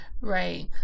right